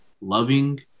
loving